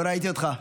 לא ראיתי אותך.